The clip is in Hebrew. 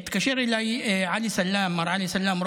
התקשר אליי מר עלי סאלם,